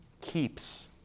keeps